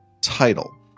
Title